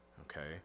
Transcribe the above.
okay